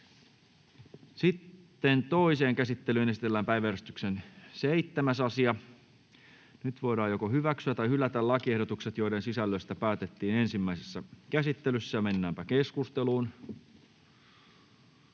Content: Toiseen käsittelyyn esitellään päiväjärjestyksen 3. asia. Nyt voidaan hyväksyä tai hylätä lakiehdotus, jonka sisällöstä päätettiin ensimmäisessä käsittelyssä. — Edustaja